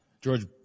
George